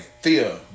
fear